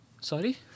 Sorry